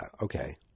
okay